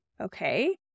okay